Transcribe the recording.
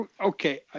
Okay